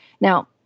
Now